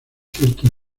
cierto